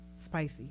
Spicy